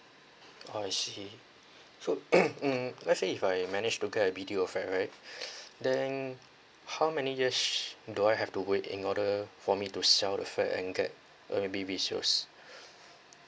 orh I see so mm let's say if I managed to get a B_T_O flat right then how many years do I have to wait in order for me to sell the flat and get uh be resales